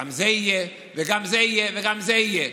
גם זה יהיה וגם זה יהיה וגם זה יהיה.